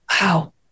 Wow